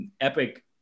epic